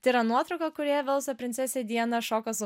tai yra nuotrauką kurioje velso princesė diana šoka su